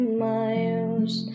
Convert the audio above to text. miles